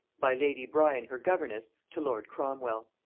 by lady bryan her governess, to lord cromwel.